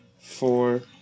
four